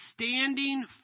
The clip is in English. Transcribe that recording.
standing